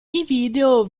video